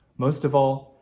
most of all,